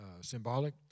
symbolic